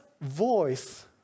voice